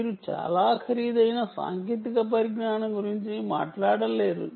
మీరు చాలా ఖరీదైన సాంకేతిక పరిజ్ఞానం గురించి మాట్లాడలేరు